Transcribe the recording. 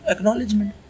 Acknowledgement